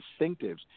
distinctives